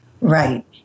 Right